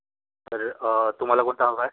तर तुम्हाला कोणतं हवं आहे